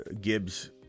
Gibbs